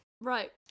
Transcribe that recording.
right